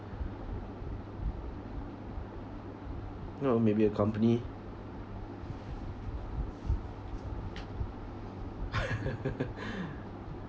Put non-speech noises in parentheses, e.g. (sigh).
~know maybe a company (laughs)